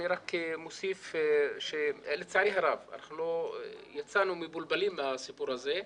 אני רק מוסיף שלצערי הרב יצאנו מבולבלים מהסיפור הזה.